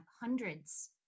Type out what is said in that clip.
hundreds